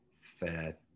fair